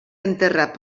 enterrat